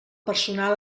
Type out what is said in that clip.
personal